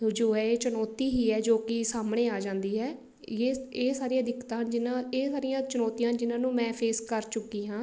ਜੋ ਹੈ ਇਹ ਚੁਣੌਤੀ ਹੀ ਹੈ ਜੋ ਕਿ ਸਾਹਮਣੇ ਆ ਜਾਂਦੀ ਹੈ ਯੇ ਇਹ ਸਾਰੀਆਂ ਦਿੱਕਤਾਂ ਹਨ ਜਿਹਨਾਂ ਇਹ ਸਾਰੀਆਂ ਚੁਣੌਤੀਆਂ ਜਿਨ੍ਹਾਂ ਨੂੰ ਮੈਂ ਫੇਸ ਕਰ ਚੁੱਕੀ ਹਾਂ